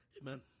Amen